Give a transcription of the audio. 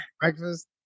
Breakfast